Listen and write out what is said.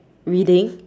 reading